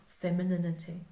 femininity